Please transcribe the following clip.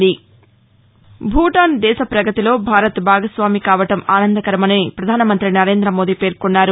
భూటస్ దేశ పగతిలో భారత్ భాగస్వామి కావడం ఆనందకరమని పధానమంతి నరేంద మోదీ పేర్కొన్నారు